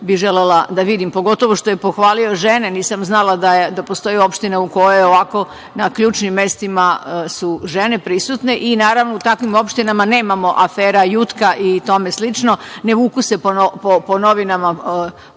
bih želela da vidim. Pogotovo što je pohvalio žene, nisam znala da postoji opština u kojoj na ovako ključnim mestima su žene prisutne i naravno u takvim opštinama nemamo afera Jutka i tome slično, ne vuku se po novinama